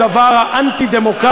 אני מצטער.